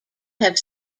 have